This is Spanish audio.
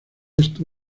esto